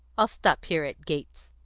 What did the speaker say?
i'll stop here at gates's.